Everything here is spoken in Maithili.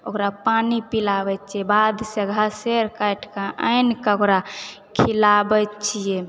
ओकरा पानी पिलाबैत छियै बाधसँ घासे आर काटिके आनिकऽ ओकरा खिलाबैत छियै